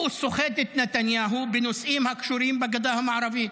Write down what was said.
הוא סוחט את נתניהו בנושאים הקשורים בגדה המערבית,